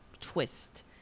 twist